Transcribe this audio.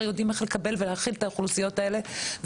יודעים איך לקבל ולהכיל את האוכלוסיות האלה.